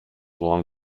along